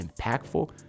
impactful